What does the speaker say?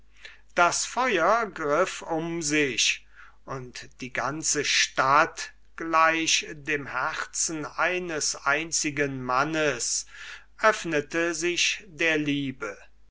das feuer griff um sich und die ganze stadt gleich dem herzen eines einzigen mannes öffnete sich der liebe